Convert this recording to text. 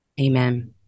Amen